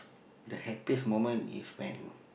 the happiest moment is when